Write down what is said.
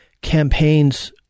campaigns